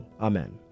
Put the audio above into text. Amen